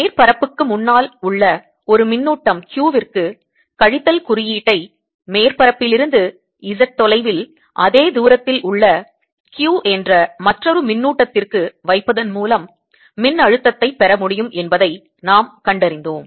மேற்பரப்புக்கு முன்னால் உள்ள ஒரு மின்னூட்டம் q க்கு கழித்தல் குறியீட்டை மேற்பரப்பிலிருந்து Z தொலைவில் அதே தூரத்தில் உள்ள q என்ற மற்றொரு மின்னூட்டத்திற்கு வைப்பதன் மூலம் மின்னழுத்தத்தைப் பெற முடியும் என்பதை நாம் கண்டறிந்தோம்